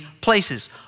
places